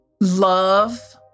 Love